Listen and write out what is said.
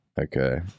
Okay